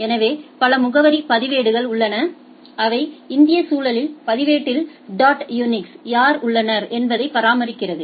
எனவே பல முகவரி பதிவேடுகள் உள்ளன அவை இந்திய சூழலில் பதிவேட்டில் டாட் யூனிஸ்யார் உள்ளனர் என்பதைப் பராமரிக்கிறது